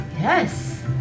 Yes